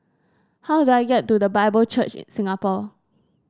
how do I get to The Bible Church in Singapore